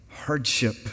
hardship